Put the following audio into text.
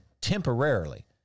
temporarily